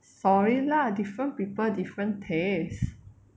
sorry lah different people different tastes